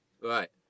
Right